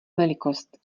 velikost